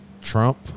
Trump